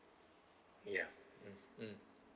ya mm